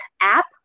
app